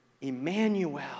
Emmanuel